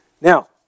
Now